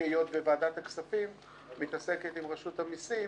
היות שוועדת הכספים מתעסקת עם רשות המסים